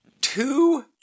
Two